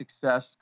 success